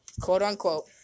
quote-unquote